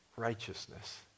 righteousness